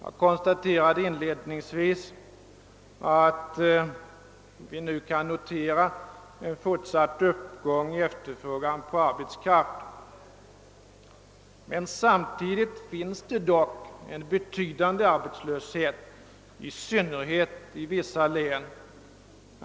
Jag konstaterade inledningsvis att vi nu kan notera en fortsatt uppgång i efterfrågan på arbetskraft men att det samtidigt finns en betydande arbetslöshet, i synnerhet i vissa län.